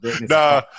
Nah